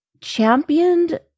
championed